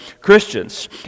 Christians